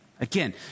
Again